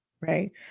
right